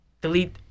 delete